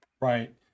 Right